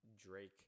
Drake